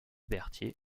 berthier